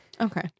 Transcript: Okay